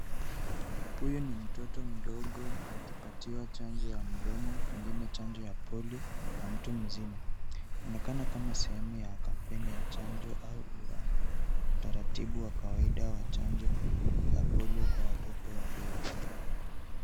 Huyu ni mtoto mdogo akipatiwa chanjo ya mdomo, pengine chanjo ya polio, na mtu mzima, inaonekana kama sehemu ya kampeni ya chanjo au utaratibu wa kawaida wa chanjo ya polio kwa watoto wadogo.